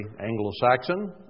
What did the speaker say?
Anglo-Saxon